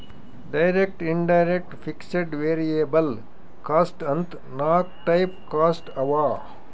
direct, indirect, fixed, variable cost ಅಂತ್ ನಾಕ್ type cost ಅವಾ